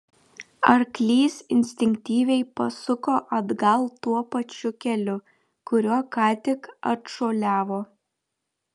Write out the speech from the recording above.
arklys instinktyviai pasuko atgal tuo pačiu keliu kuriuo ką tik atšuoliavo